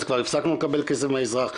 אז כבר הפסקנו לקבל כסף מהאזרח,